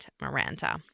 Miranda